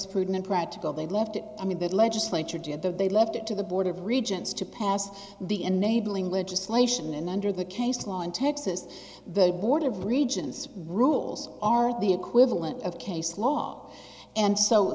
prudent practical they left it i mean the legislature did the they left it to the board of regents to pass the enabling legislation and under the case law in texas the board of regents rules are the equivalent of case law and so